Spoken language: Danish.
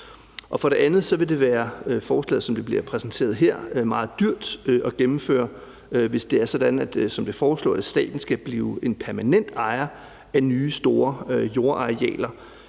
For det andet vil forslaget, som det bliver præsenteret her, være meget dyrt at gennemføre, hvis det er sådan, som det foreslås, at staten skal blive en permanent ejer af nye store jordarealer.